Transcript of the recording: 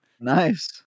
Nice